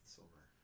Silver